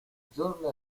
giorno